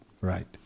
right